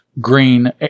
Green